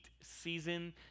season